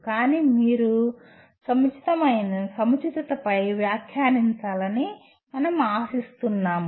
కాబట్టి మీరు సముచితతపై వ్యాఖ్యానించాలని మనం ఆశిస్తున్నాము